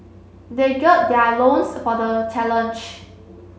they gird their loins for the challenge